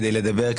כדי לדבר,